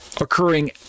occurring